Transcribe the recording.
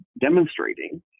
demonstrating